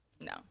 no